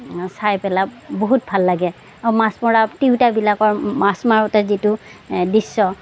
চাই পেলাই বহুত ভাল লাগে আৰু মাছ মৰা তিৰোতাবিলাকৰ মাছ মাৰোতে যিটো দৃশ্য়